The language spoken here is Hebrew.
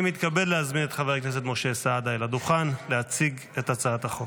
אני מתכבד להזמין את חבר הכנסת משה סעדה אל הדוכן להציג את הצעת החוק.